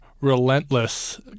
relentless